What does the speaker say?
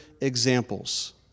examples